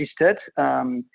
registered